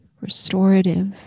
restorative